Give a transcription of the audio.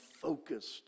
focused